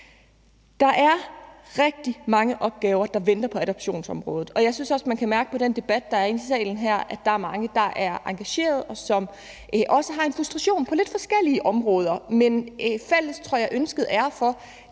Der er rigtig mange opgaver, der venter på adoptionsområdet, og jeg synes også, at man kan mærke på den debat, der er i salen her, at der er mange, der er engageret, og som også har en frustration på lidt forskellige områder. Men jeg tror, der er et